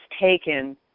taken